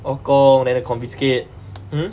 orh gong then they confiscate hmm